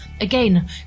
Again